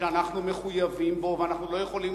שאנחנו מחויבים בו ואנחנו לא יכולים